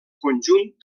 conjunt